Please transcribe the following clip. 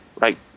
right